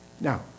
Now